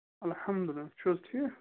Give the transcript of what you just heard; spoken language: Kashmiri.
اَلحمدُاللہ تُہۍ چھِو حظ ٹھیٖک